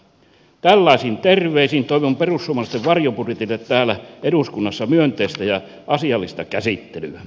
tällaisin terveisin toivon perussuomalaisten varjobudjetille täällä eduskunnassa myönteistä ja asiallista käsittelyä